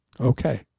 Okay